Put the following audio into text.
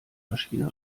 maschine